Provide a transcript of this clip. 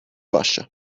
russia